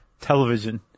television